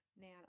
man